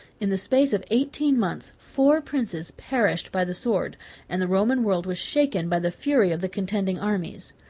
in the space of eighteen months, four princes perished by the sword and the roman world was shaken by the fury of the contending armies.